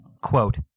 quote